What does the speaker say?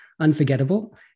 unforgettable